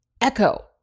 echo